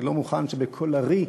אני לא מוכן שבקולרי,